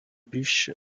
bush